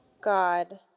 God